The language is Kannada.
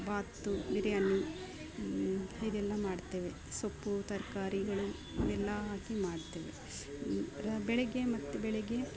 ಬಾತು ಬಿರಿಯಾನಿ ಇದೆಲ್ಲ ಮಾಡುತ್ತೇವೆ ಸೊಪ್ಪು ತರಕಾರಿಗಳು ಅವೆಲ್ಲ ಹಾಕಿ ಮಾಡುತ್ತೇವೆ ರ ಬೆಳಿಗ್ಗೆ ಮತ್ತೆ ಬೆಳಿಗ್ಗೆ